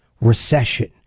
recession